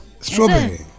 Strawberry